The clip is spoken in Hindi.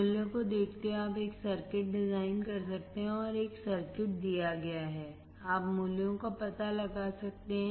मूल्यों को देखते हुए आप एक सर्किट डिजाइन कर सकते हैं और एक सर्किट दिया गया है आप मूल्यों का पता लगा सकते हैं